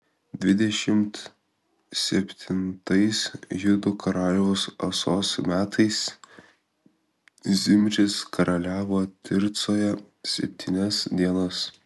dvidešimt septintais judo karaliaus asos metais zimris karaliavo tircoje septynias dienas